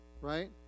right